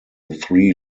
three